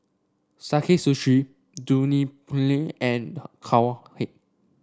Sakae Sushi Dunlopillo and Cowhead